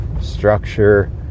structure